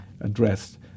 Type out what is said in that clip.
addressed